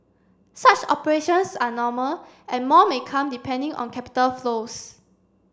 such operations are normal and more may come depending on capital flows